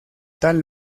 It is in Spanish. tal